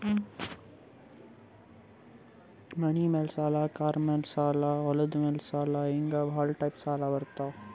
ಮನಿ ಮ್ಯಾಲ ಸಾಲ, ಕಾರ್ ಮ್ಯಾಲ ಸಾಲ, ಹೊಲದ ಮ್ಯಾಲ ಸಾಲ ಹಿಂಗೆ ಭಾಳ ಟೈಪ್ ಸಾಲ ಬರ್ತಾವ್